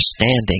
understanding